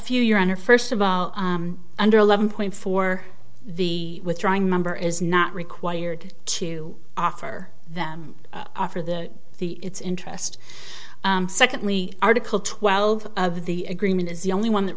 few your honor first of all under eleven point four the withdrawing member is not required to offer them after the the it's interest secondly article twelve of the agreement is the only one that